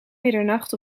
middernacht